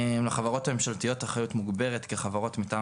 לחברות הממשלתיות אחריות מוגברת כחברות מטעם